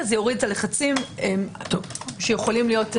זה יוריד את הלחצים שיכולים להיות.